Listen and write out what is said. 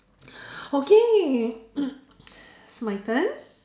okay it's my turn